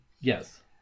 yes